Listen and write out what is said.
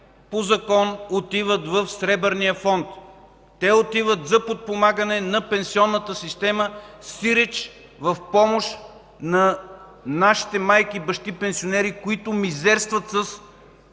по закон отиват в Сребърния фонд за подпомагане на пенсионната система, сиреч в помощ на нашите майки и бащи – пенсионери, които мизерстват с